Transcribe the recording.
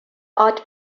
art